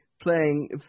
playing